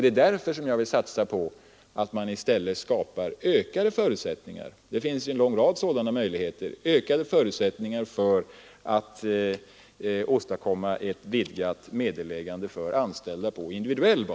Det är därför som jag vill satsa på att man i stället skapar ökade förutsättningar — det finns en lång rad sådana möjligheter — för att på individuell bas åstadkomma ett vidgat meddelägande för de anställda.